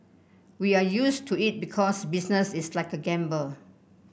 we are used to it because business is like a gamble